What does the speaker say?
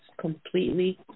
completely